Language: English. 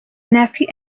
nephew